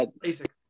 Basic